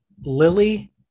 Lily